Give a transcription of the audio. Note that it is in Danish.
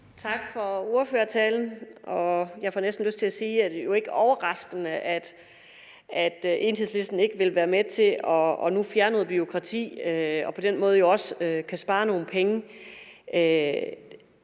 Tak for ordførertalen. Jeg får næsten lyst til at sige, at det jo ikke er overraskende, at Enhedslisten ikke vil være med til at fjerne noget bureaukrati og på den måde også kunne spare nogle penge.